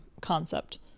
concept